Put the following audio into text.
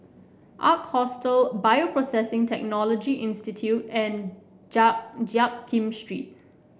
Ark Hostel Bioprocessing Technology Institute and Jiak Kim Street